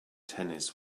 tennis